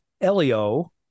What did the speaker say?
Elio